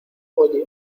oye